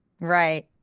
Right